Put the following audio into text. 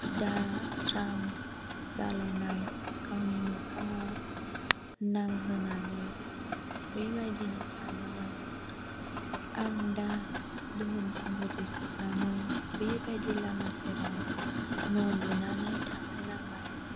दा स्रां जालायनाय गावनि मोखांआव नांहोनानै बेबादिनो सानोमोन आं दा धोन समफथि जोबनानै बेबादि लामा सेराव न' लुनानै थाफैनांबाय